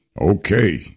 okay